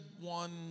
one